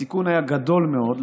הסיכון היה גדול מאוד,